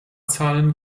zahlen